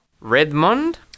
Redmond